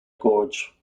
gorge